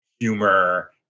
humor